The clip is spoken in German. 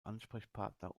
ansprechpartner